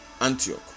Antioch